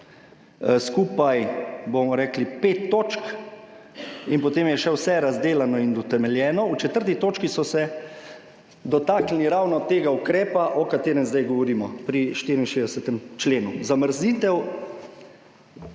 skupaj pet točk in potem je še vse razdelano in utemeljeno, v četrti točki so se dotaknili ravno tega ukrepa, o katerem zdaj govorimo pri 64. členu